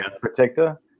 protector